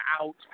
out